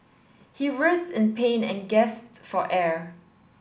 he writhed in pain and gasped for air